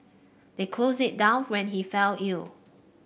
they closed it down when he fell ill